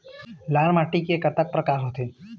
लाल माटी के कतक परकार होथे?